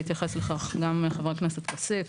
והתייחס לכך גם חבר הכנסת כסיף,